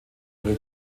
ihre